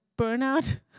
burnout